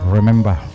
Remember